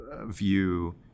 view